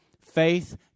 Faith